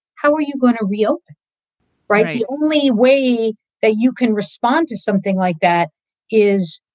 how are you going to real right. the only way that you can respond to something like that is,